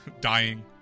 Dying